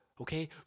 Okay